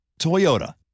Toyota